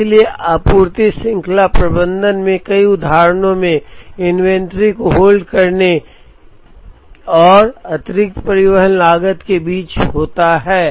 इसलिए आपूर्ति श्रृंखला प्रबंधन में कई उदाहरणों में इन्वेंट्री को होल्ड करने और अतिरिक्त परिवहन लागत के बीच होता है